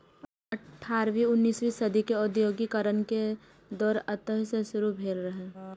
अठारहवीं उन्नसवीं सदी मे औद्योगिकीकरण के दौर एतहि सं शुरू भेल रहै